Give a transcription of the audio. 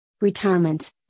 retirement